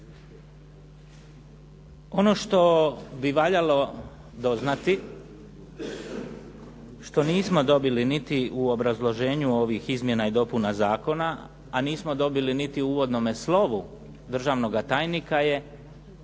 Ono što bi valjalo doznati, što nismo dobili niti u obrazloženju ovih izmjena i dopuna zakona, a nismo dobili niti u uvodnome slovu državnoga tajnika je